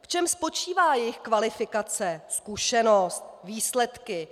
V čem spočívá jejich kvalifikace, zkušenost, výsledky?